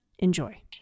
Enjoy